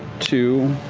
two,